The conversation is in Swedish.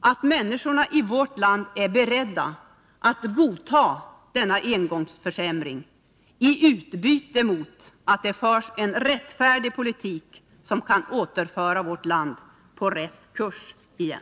att människorna i vårt land är beredda att godta denna engångsförsämring i utbyte mot att det förs en rättfärdig politik, som kan återföra vårt land på rätt kurs igen.